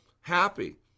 happy